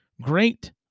great